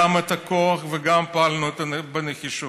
גם את הכוח וגם פעלנו בנחישות.